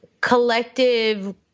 collective